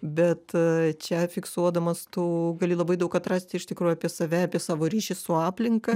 bet čia fiksuodamas tu gali labai daug atrasti iš tikrųjų apie save apie savo ryšį su aplinka